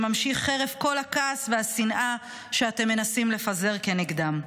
שממשיך חרף כל הכעס והשנאה שאתם מנסים לפזר כנגדם.